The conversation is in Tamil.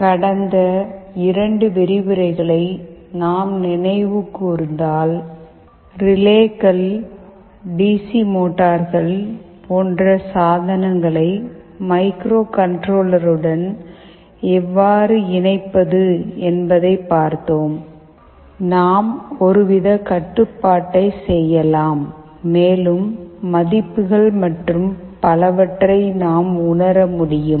கடந்த இரண்டு விரிவுரைகளை நாம் நினைவுகூர்ந்தால் ரிலேக்கள் டி சி மோட்டார்கள் போன்ற சாதனங்களை மைக்ரோகண்ட்ரோலருடன் எவ்வாறு இணைப்பது என்பதை பார்த்தோம் நாம் ஒருவித கட்டுப்பாட்டை செய்யலாம் மேலும் மதிப்புகள் மற்றும் பலவற்றை நாம் உணர முடியும்